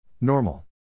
Normal